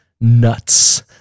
Nuts